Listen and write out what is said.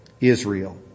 Israel